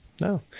No